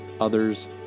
others